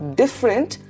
different